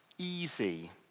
easy